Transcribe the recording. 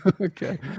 Okay